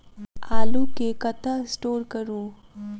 आलु केँ कतह स्टोर करू?